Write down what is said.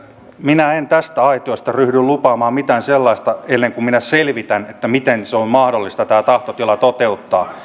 minä en tästä aitiosta ryhdy lupaamaan mitään sellaista ennen kuin minä selvitän miten on mahdollista tämä tahtotila toteuttaa